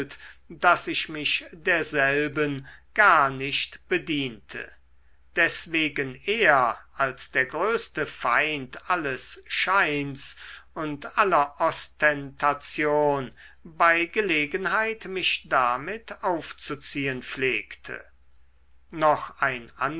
daß ich mich derselben gar nicht bediente deswegen er als der größte feind alles scheins und aller ostentation bei gelegenheit mich damit aufzuziehen pflegte noch ein